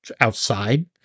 outside